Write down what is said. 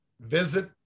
visit